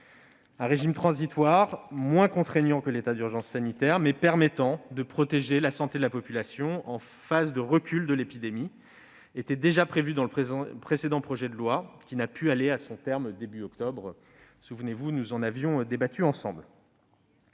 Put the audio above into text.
Un régime transitoire, moins contraignant que l'état d'urgence sanitaire, mais permettant de protéger la santé de la population en phase de recul de l'épidémie, était déjà prévu dans le précédent projet de loi, qui n'a pu aller à son terme début octobre. La date du 1 avril 2021, retenue